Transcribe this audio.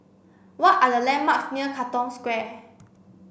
what are the landmarks near Katong Square